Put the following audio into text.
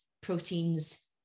proteins